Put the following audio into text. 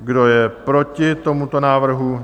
Kdo je proti tomuto návrhu?